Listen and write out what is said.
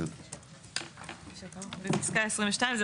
בפסקה (22).